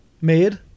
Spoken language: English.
made